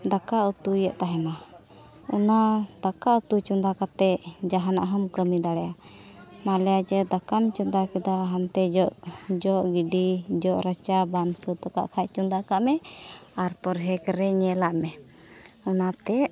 ᱫᱟᱠᱟ ᱩᱛᱩᱭᱮᱫ ᱛᱟᱦᱮᱱᱟ ᱚᱱᱟ ᱫᱟᱠᱟ ᱩᱛᱩ ᱪᱚᱸᱫᱟ ᱠᱟᱛᱮᱫ ᱡᱟᱦᱟᱱᱟᱜ ᱦᱚᱸᱢ ᱠᱟᱹᱢᱤ ᱫᱟᱲᱮᱭᱟᱜᱼᱟ ᱢᱟᱱᱞᱤᱭᱟ ᱡᱮ ᱫᱟᱠᱟᱢ ᱪᱚᱸᱫᱟ ᱠᱮᱫᱟ ᱦᱟᱱᱛᱮ ᱡᱚᱜ ᱡᱚᱜ ᱜᱤᱰᱤ ᱡᱚᱜ ᱨᱟᱪᱟ ᱵᱟᱢ ᱥᱟᱹᱛ ᱟᱠᱟᱫ ᱠᱷᱟᱱ ᱪᱚᱸᱫᱟ ᱠᱟᱜ ᱢᱮ ᱟᱨ ᱯᱨᱚᱦᱮᱠ ᱨᱮ ᱧᱮᱞᱟᱜ ᱢᱮ ᱚᱱᱟᱛᱮ